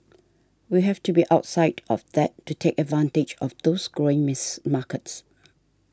we have to be outside of that to take advantage of those growing miss markets